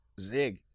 Zig